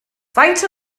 faint